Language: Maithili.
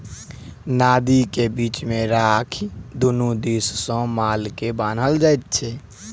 नादि के बीच मे राखि दुनू दिस सॅ माल के बान्हल जाइत छै